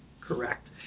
correct